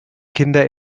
kinder